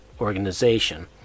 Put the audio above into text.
organization